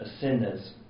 sinners